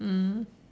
mm